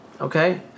okay